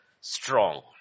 strong